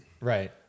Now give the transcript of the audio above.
Right